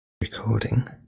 recording